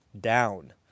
down